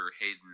Hayden